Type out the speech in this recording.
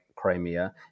Crimea